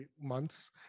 months